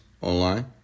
online